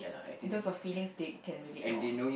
in terms of feelings they can relate more